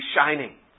shining